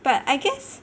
but I guess